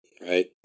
right